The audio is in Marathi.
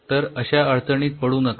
तर अश्या अडचणीत पडू नका